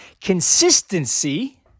consistency